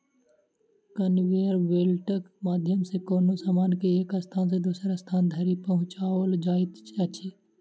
conveyor बेल्टक माध्यम सॅ कोनो सामान के एक स्थान सॅ दोसर स्थान धरि पहुँचाओल जाइत अछि